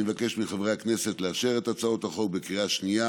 אני מבקש מחברי הכנסת לאשר את הצעות החוק בקריאה השנייה